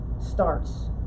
starts